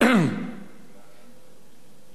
ההצעה להעביר